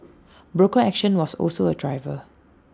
broker action was also A driver